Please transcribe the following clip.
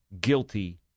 guilty